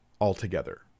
altogether